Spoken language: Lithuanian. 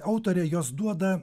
autorė jos duoda